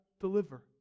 deliver